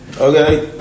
Okay